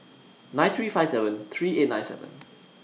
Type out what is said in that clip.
nine three five seven three eight nine seven